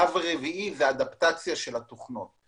שלב רביעי זה אדפטציה של התוכנות.